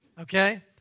okay